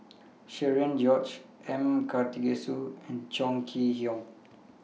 Cherian George M Karthigesu and Chong Kee Hiong